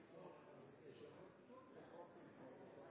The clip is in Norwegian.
lavere. Det er